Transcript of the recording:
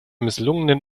misslungenen